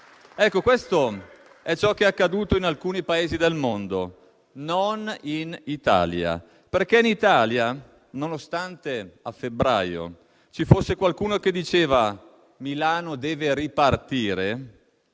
questo è ciò che è accaduto in alcuni Paesi del mondo, ma non in Italia, dove, nonostante a febbraio ci fosse qualcuno che diceva che Milano doveva ripartire,